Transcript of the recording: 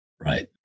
Right